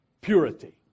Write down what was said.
purity